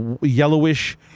yellowish